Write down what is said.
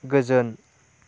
गोजोन